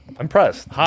Impressed